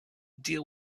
deal